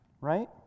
Right